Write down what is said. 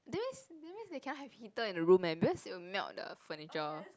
that means that means they cannot have heater in the room eh because it'll melt the furniture